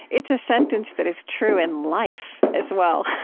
it's a sentence that is true in life as well